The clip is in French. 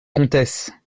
comtesse